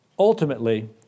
Ultimately